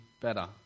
better